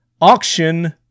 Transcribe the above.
Auction